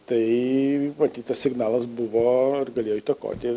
tai matyt tas signalas buvo ir galėjo įtakoti